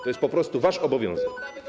To jest po prostu wasz obowiązek.